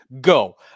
go